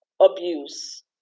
abuse